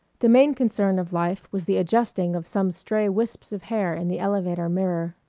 the main concern of life was the adjusting of some stray wisps of hair in the elevator mirror.